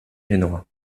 génois